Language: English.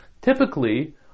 Typically